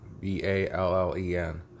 B-A-L-L-E-N